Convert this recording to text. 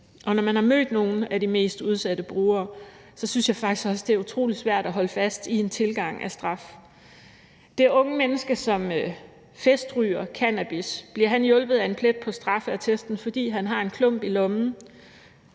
Og når man har mødt nogle af de mest udsatte brugere, synes jeg faktisk også, at det er utrolig svært at holde fast i en tilgang af straf. Bliver det unge menneske, som festryger cannabis, hjulpet af en plet på straffeattesten, fordi han har en klump i lommen?